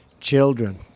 children